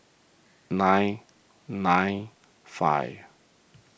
nine nine five